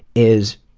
is,